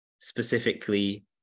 specifically